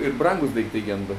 ir brangūs daiktai genda